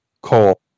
coal